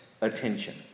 attention